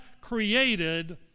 created